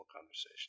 conversation